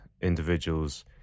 individual's